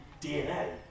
DNA